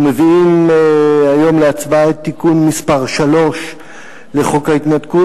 ומביאים היום להצבעה את תיקון מס' 3 לחוק ההתנתקות.